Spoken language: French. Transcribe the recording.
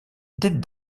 dites